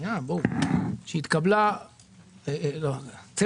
צא